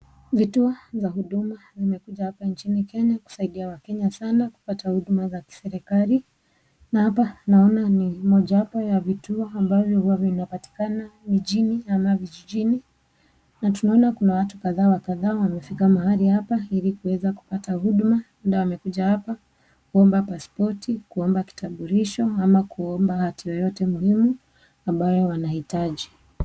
Vituo vya huduma vimekuja hapa nchini Kenya kusaidia wakenya sana kupata huduma za kiserikali. Na hapa naona ni mojawapo ya vituo ambavyo huwa vinapatikana mijini ama vijijini, na tunaona kuna watu kadhaa wa kadha wamefika mahali hapa ili kuweza kupata huduma. Labda wamekuja hapa kuomba paspoti ,kuomba kitambulisho ama kuomba kitu yoyote muhimu ambayo wanahitaji.